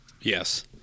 Yes